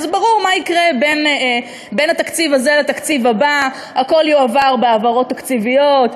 וברור מה יקרה בין התקציב הזה לתקציב הבא: הכול יועבר בהעברות תקציביות,